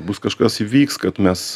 bus kažkas įvyks kad mes